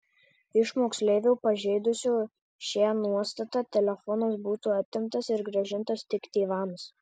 iš moksleivio pažeidusio šią nuostatą telefonas būtų atimtas ir grąžintas tik tėvams